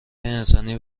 انسانی